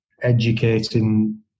educating